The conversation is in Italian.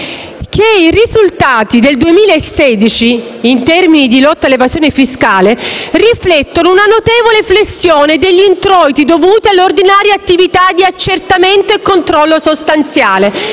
che i risultati del 2016 in termini di lotta all'evasione fiscale riflettono una notevole flessione degli introiti dovuti all'ordinaria attività di accertamento e controllo sostanziale: